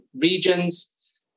regions